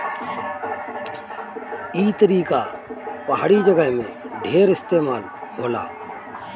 ई तरीका पहाड़ी जगह में ढेर इस्तेमाल होला